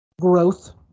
growth